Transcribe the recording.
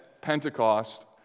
Pentecost